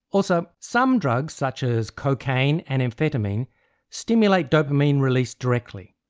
also some drugs such as cocaine and amphetamine stimulate dopamine release directly,